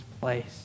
place